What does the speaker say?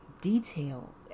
detail